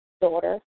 daughter